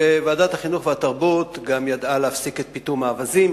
ועדת החינוך והתרבות גם ידעה להפסיק את פיטום האווזים.